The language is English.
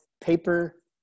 Paper